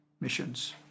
missions